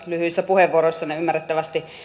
lyhyissä puheenvuoroissanne ymmärrettävästi